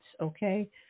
Okay